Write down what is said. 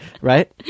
Right